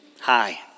Hi